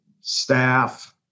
staff